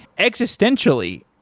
existentially,